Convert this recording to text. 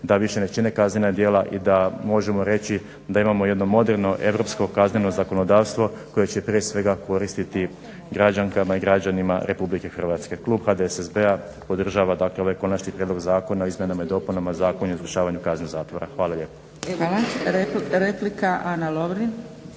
da više ne čine kaznena djela i da možemo reći da imamo jedno moderno europsko kazneno zakonodavstvo koje će prije svega koristiti građankama i građanima Republike Hrvatske. Klub HDSSB-a podržava dakle ovaj Konačni prijedlog zakona o izmjenama i dopunama Zakona o izvršavanju kazne zatvora. Hvala lijepo. **Zgrebec, Dragica